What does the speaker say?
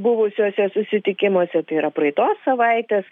buvusiuose susitikimuose tai yra praeitos savaitės